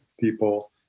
people